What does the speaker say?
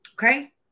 Okay